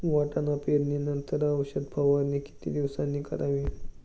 वाटाणा पेरणी नंतर औषध फवारणी किती दिवसांनी करावी?